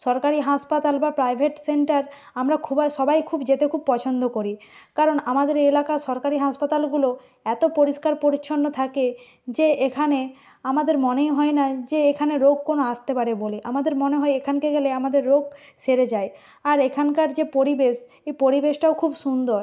সরকারি হাসপাতাল বা প্রাইভেট সেন্টার আমরা খুবই সবাই খুব যেতে খুব পছন্দ করি কারণ আমাদের এ এলাকার সরকারি হাসপাতালগুলো এতো পরিষ্কার পরিচ্ছন্ন থাকে যে এখানে আমাদের মনেই হয় না যে এখানে রোগ কোনো আসতে পারে বলে আমাদের মনে হয় এখানকে গেলে আমাদের রোগ সেরে যায় আর এখানকার যে পরিবেশ এই পরিবেশটাও খুব সুন্দর